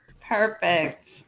Perfect